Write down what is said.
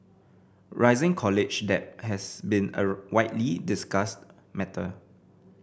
rising college debt has been a widely discussed matter